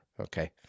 okay